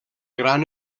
gran